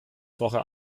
vorher